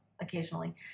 occasionally